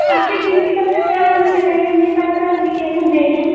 आपके प्रिंसिपल का क्या नाम है बताइए उनके पास तो एप्लीकेशन भेजें